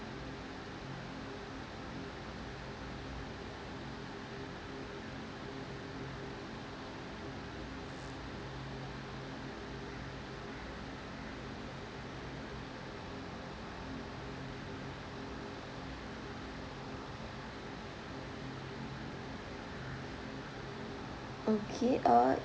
okay uh